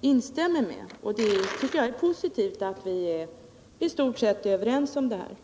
instämmer i. Jag tycker det är posiuvt att vi är i stort sett överens om det här.